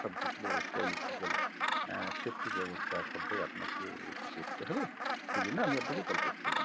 সব কিছু ব্যবস্থা ইলেকট্রিক্যাল সেফটির ব্যবস্থা সবটাই আপনাকে একটু করতে হবে সেই জন্য আমি আপনাকে কল করছিলাম